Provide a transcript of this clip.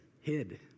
hid